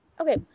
Okay